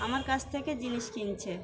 আমার কাছ থেকে জিনিস কিনছে